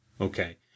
Okay